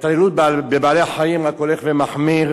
ההתעללות בבעלי-החיים רק הולכת ומחמירה,